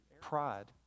pride